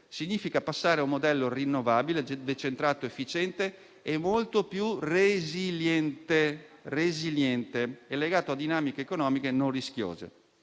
Significa passare a un modello rinnovabile, decentrato, efficiente e molto più resiliente e legato a dinamiche economiche non rischiose.